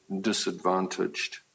disadvantaged